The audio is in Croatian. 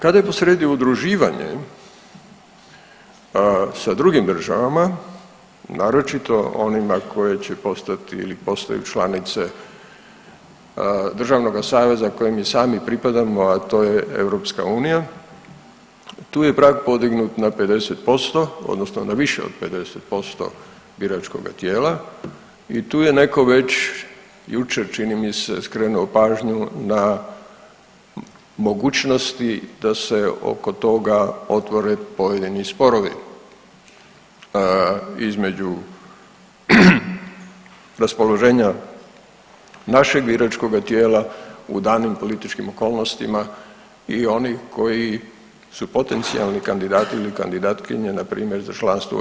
Kada je posrijedi udruživanje sa drugim državama naročito onima koje će postati ili postaju članice državnoga saveza kojem i sami pripadamo, a to je EU tu je prag podignut na 50% odnosno na više od 50% biračkoga tijela i tu je neko već jučer čini mi se skrenuo pažnju na mogućnosti da se oko toga otvore pojedini sporovi između raspoloženja našeg biračkoga tijela u danim političkim okolnostima i onih koji su potencijali kandidati ili kandidatkinje npr. za članstvo u EU.